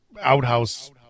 outhouse